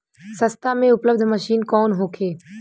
सस्ता में उपलब्ध मशीन कौन होखे?